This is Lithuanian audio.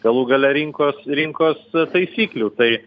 galų gale rinkos rinkos taisyklių tai